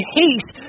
haste